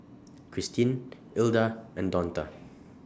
Cristine Ilda and Donta